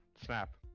Snap